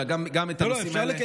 אלא שגם את הנושאים האלה,